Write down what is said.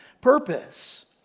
purpose